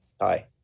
Hi